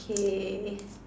K